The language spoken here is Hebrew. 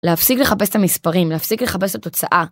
להפסיק לחפש את המספרים, להפסיק לחפש את התוצאה.